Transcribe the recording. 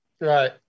Right